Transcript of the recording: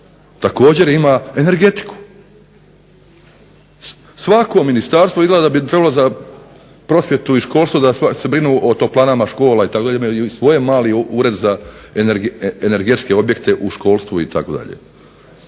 također ima energetiku. Svako ministarstvo izgleda da bi trebalo za prosvjetu i školstvo da se brinu o toplanama škola itd. imaju svoj mali ured za energetske objekte u školstvu itd.